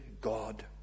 God